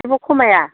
एसेबो खमाया